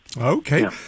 Okay